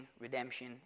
redemption